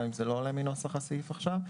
גם אם זה לא עולה מנוסח הסעיף עכשיו.